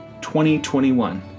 2021